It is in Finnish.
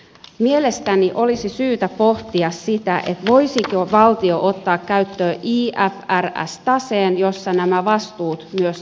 mielestäni olisi syytä pohtia sitä voisiko valtio ottaa käyttöön ifrs taseen jossa nämä vastuut myös näkyisivät